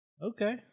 Okay